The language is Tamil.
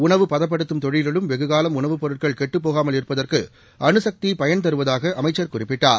உணவு பதப்படுத்தும் தொழிலிலும் வெகுகாலம் உணவு பொருட்கள் கெட்டுப் போகாமலிருப்பதற்கு அனுசக்தி பயன்தருவதாக அமைச்சர் குறிப்பிட்டார்